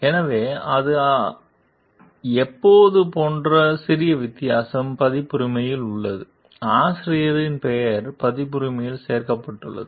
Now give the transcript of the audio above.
எனவே அது எப்போது போன்ற சிறிய வித்தியாசம் பதிப்புரிமை உள்ளது ஆசிரியரின் பெயர் பதிப்புரிமையில் சேர்க்கப்பட்டுள்ளது